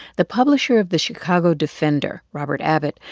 the publisher of the chicago defender, robert abbott,